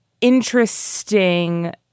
interesting